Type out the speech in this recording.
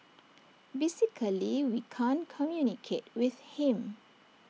basically we can't communicate with him